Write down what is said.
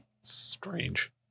Strange